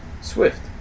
Swift